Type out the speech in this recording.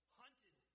hunted